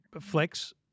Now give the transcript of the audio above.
Flex